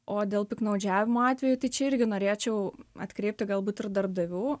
o dėl piktnaudžiavimo atvejų tai čia irgi norėčiau atkreipti galbūt ir darbdavių